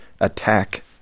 attack